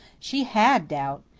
she had doubt.